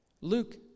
Luke